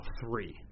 three